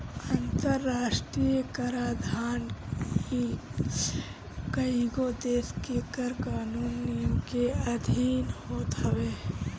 अंतरराष्ट्रीय कराधान कईगो देस के कर कानून के नियम के अधिन होत हवे